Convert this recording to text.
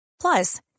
Plus